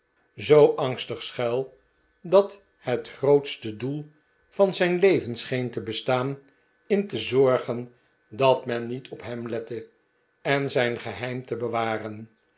zoo angstig schuil dat het grootste doel van zijn leven scheen te bestaan in te zorgen dat men niet op hem lette en zijn geheim te bewaren